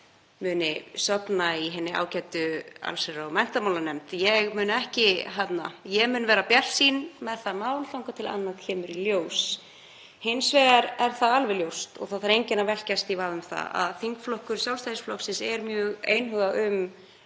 það sofnar í hinni ágætu allsherjar- og menntamálanefnd. Ég mun vera bjartsýn með það mál þangað til annað kemur í ljós. Hins vegar er það alveg ljóst og það þarf enginn að velkjast í vafa um það að þingflokkur Sjálfstæðisflokksins er mjög einhuga um